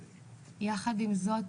יחד עם זאת,